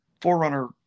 forerunner